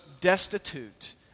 destitute